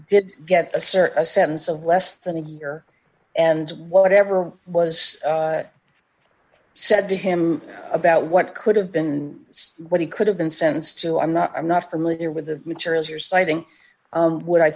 did get a search a sentence of less than a year and whatever was said to him about what could have been what he could have been sentenced so i'm not i'm not familiar with the materials you're citing what i